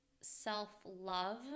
self-love